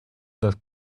that